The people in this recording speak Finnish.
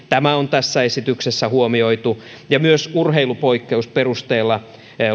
tämä on tässä esityksessä huomioitu myös urheilupoikkeusperusteella